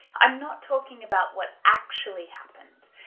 i'm not talking about what actually happened,